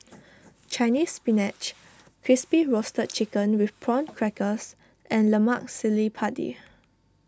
Chinese Spinach Crispy Roasted Chicken with Prawn Crackers and Lemak Cili Padi